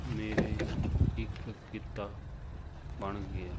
ਮੇਰੇ ਇੱਕ ਕਿੱਤਾ ਬਣ ਗਿਆ